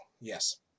yes